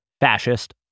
fascist